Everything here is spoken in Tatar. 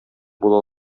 була